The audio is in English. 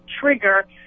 trigger